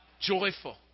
joyful